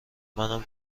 منم